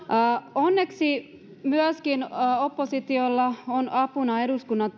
onneksi myöskin oppositiolla on apuna eduskunnan